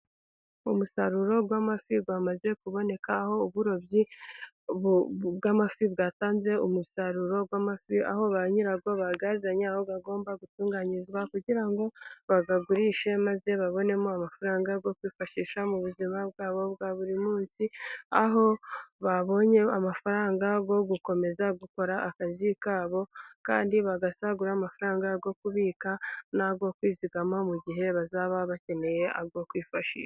Umusaruro w'amafi wamaze kuboneka. Aho uburobyi bw'amafi bwatanze umusaruro w'amafi. Aho ba nyirabwo bayazanye aho agomba gutunganyirizwa kugira ngo bayagurishe maze babonemo amafaranga yo kwifashisha mu buzima bwabo bwa buri munsi. Aho babonye amafaranga yo gukomeza gukora akazi kabo, kandi bagasagura amafaranga yo kubika nayo kwizigama, mu gihe bazaba bakeneye ayo kwifashisha.